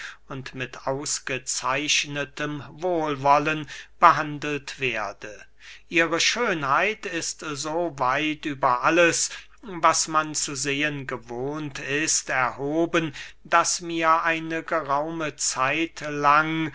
und mit ausgezeichnetem wohlwollen behandelt werde ihre schönheit ist so weit über alles was man zu sehen gewohnt ist erhoben daß mir eine geraume zeit lang